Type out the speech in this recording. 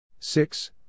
Six